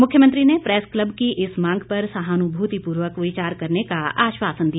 मुख्यमंत्री ने press club की इस मांग पर सहानुभूतिपूर्वक विचार करने का आश्वासन दिया